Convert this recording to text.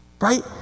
right